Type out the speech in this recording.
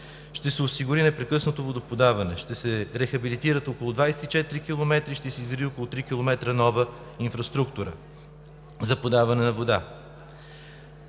Ще се осигури непрекъснато водоподаване, ще се рехабилитират около 24 км, ще се изгради около 3 км нова инфраструктура за подаване на вода.